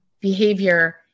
behavior